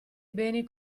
beni